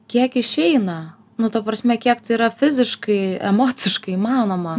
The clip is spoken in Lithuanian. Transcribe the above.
kiek išeina nu ta prasme kiek tai yra fiziškai emociškai įmanoma